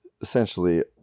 essentially